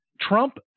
Trump